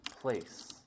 place